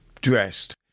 dressed